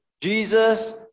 Jesus